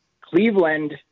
Cleveland